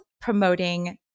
promoting